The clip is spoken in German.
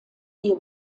ihr